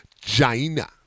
China